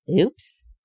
Oops